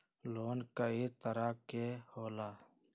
Loan कय तरह के होला?